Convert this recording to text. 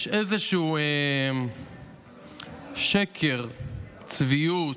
יש איזשהו שקר, צביעות,